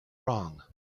wrong